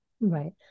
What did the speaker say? Right